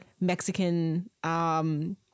Mexican –